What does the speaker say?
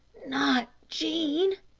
not jean?